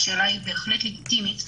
השאלה היא בהחלט לגיטימית,